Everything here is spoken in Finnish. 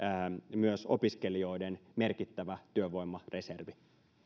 myös opiskelijoiden merkittävä työvoimareservi